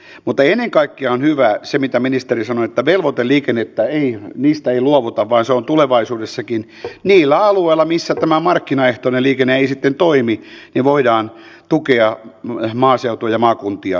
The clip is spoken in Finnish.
mutta ennen kaikkea on hyvä se mitä ministeri sanoi että velvoiteliikenteestä ei luovuta vaan tulevaisuudessakin niillä alueilla missä tämä markkinaehtoinen liikenne ei sitten toimi voidaan tukea maaseutua ja maakuntia tällä